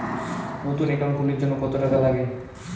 নতুন একাউন্ট খুলির জন্যে কত টাকা নাগে?